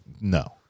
No